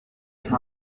trump